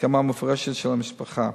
והסכמה מפורשת של המשפחה,